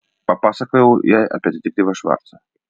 papasakojau jai apie detektyvą švarcą